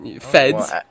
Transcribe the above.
Feds